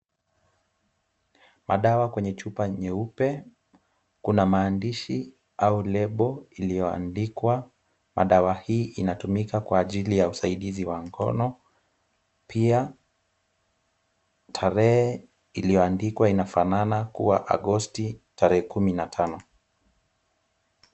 Madawa kwenye chupa nyeupe. Kuna maandishi au lebo iliyoandikwa madawa hii inatumika kwa ajili ya usaidizi wa ngono. Pia tarehe iliyoandikwa inafanana kuwa Agosti tarehe kumi na tano.